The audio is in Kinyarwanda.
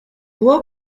uwo